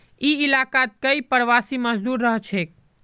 ई इलाकात कई प्रवासी मजदूर रहछेक